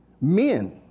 men